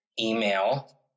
email